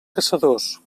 caçadors